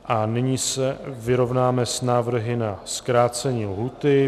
A nyní se vyrovnáme s návrhy na zkrácení lhůty.